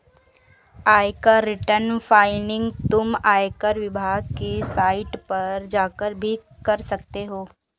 आयकर return filing तुम आयकर विभाग की साइट पर जाकर भी कर सकते हो